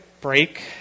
break